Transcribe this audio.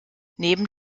neben